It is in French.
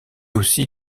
aussi